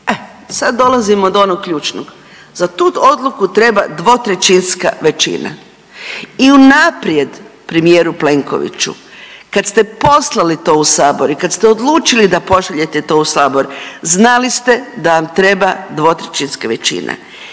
sad dolazimo do onog ključnog. Za tu Odluku treba dvotrećinska većina i unaprijed premijeru Plenkoviću, kad ste poslali to u Sabor i kad ste odlučili da pošaljete to u Sabor, znali ste da vam treba dvotrećinska većina